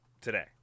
today